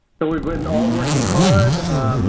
so, we've been all working hard.